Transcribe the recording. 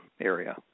area